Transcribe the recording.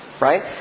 right